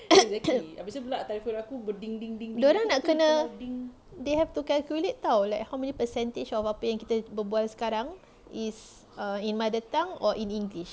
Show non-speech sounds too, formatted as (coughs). (coughs) dorang nak kena they have to calculate [tau] like how many percentage of apa yang kita berbual sekarang is err in mother tongue or in english